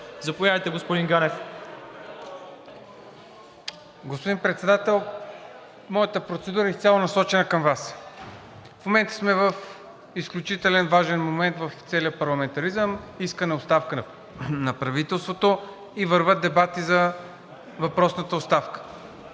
ГАНЕВ (ВЪЗРАЖДАНЕ): Господин Председател, моята процедура е изцяло насочена към Вас. В момента сме в изключително важен момент в целия парламентаризъм – искаме оставка на правителството и вървят дебати за въпросната оставка